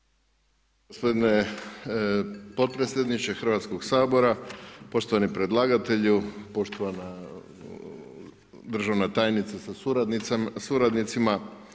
Gospodine podpredsjedniče Hrvatskog sabora, poštovani predlagatelju, poštovana državna tajnice sa suradnicima.